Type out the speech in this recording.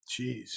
Jeez